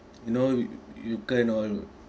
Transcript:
you know you you can't all